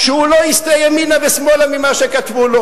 שהוא לא יסטה ימינה ושמאלה ממה שכתבו לו.